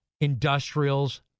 Industrials